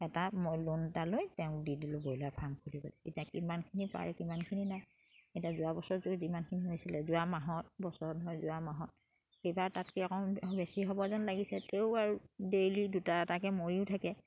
এটা মই লোন এটালৈ তেওঁ দি দিলোঁ ব্ৰইলাৰ ফাৰ্ম খুলিবলে এতিয়া কিমানখিনি পাৰে কিমানখিনি নাই এতিয়া যোৱা বছৰ যিমানখিনি হৈছিলে যোৱা মাহত বছৰত হয় যোৱা মাহত এইবাৰ তাতকে অকণমান বেছি সবজন লাগিছে তেওঁ আৰু ডেইলি দুটা এটাকে মৰিও থাকে